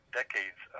decades